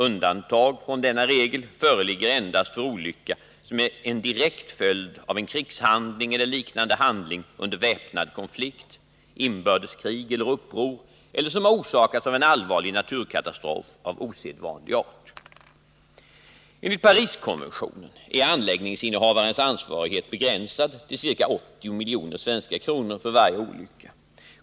Undantag från denna regel föreligger endast för olycka som är en direkt följd av en krigshandling eller liknande handling under väpnad konflikt, inbördeskrig eller uppror eller som har orsakats av en allvarlig naturkatastrof av osedvanlig art. Enligt Pariskonventionen är anläggningsinnehavarens ansvarighet begränsad till ca 80 miljoner svenska kronor för varje olycka.